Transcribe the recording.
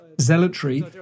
zealotry